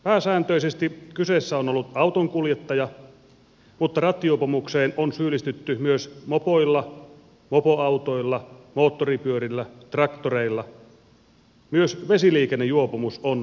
pääsääntöisesti kyseessä on ollut auton kuljettaja mutta rattijuopumukseen on syyllistytty myös mopoilla mopoautoilla moottoripyörillä traktoreilla myös vesiliikennejuopumus on tekona tuttu